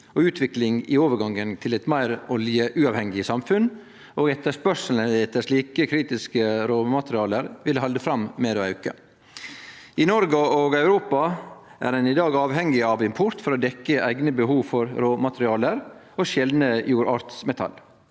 og utvikling i overgangen til eit meir oljeuavhengig samfunn, og etterspurnaden etter slike kritiske råmateriale vil halde fram med å auke. I Noreg og Europa er ein i dag avhengig av import for å dekkje eigne behov for råmateriale og sjeldne jordarts